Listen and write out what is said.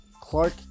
Clark